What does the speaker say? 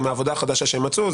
עם העבודה החדשה שהם מצאו,